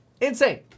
Insane